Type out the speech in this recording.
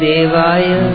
Devaya